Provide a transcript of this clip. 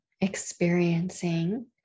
experiencing